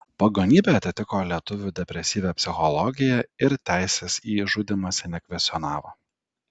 pagonybė atitiko lietuvių depresyvią psichologiją ir teisės į žudymąsi nekvestionavo